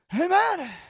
Amen